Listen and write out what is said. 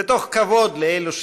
ותוך כבוד לאלו שסביבנו,